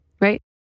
right